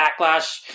backlash